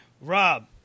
Rob